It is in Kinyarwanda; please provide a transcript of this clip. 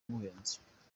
buhenze